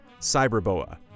Cyberboa